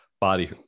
body